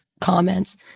comments